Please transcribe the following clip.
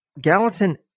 Gallatin